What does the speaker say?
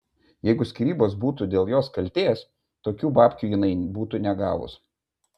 jeigu skyrybos būtų dėl jos kaltės tokių babkių jinai būtų negavus